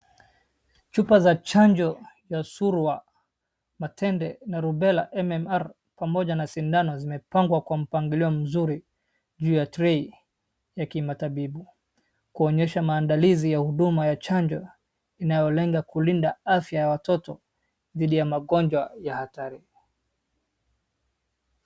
Chupa za chanjo ya surwa, matende na rubela MMR pamoja na sindano zimepangwa kwa mpangilio mzuri juu ya tray ya kimatabibu. Kuonyesha maadalizi ya huduma ya chanjo inayolenga kulinda afya ya watoto dhidi ya magonjwa ya hatari.